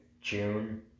June